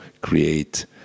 create